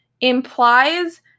implies